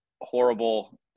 horrible